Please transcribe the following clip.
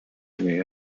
degree